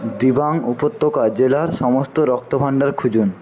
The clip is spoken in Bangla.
ডিবাং উপত্যকা জেলার সমস্ত রক্ত ভাণ্ডার খুঁজুন